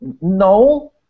No